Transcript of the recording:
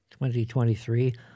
2023